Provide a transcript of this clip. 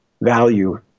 value